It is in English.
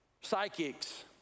psychics